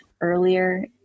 earlier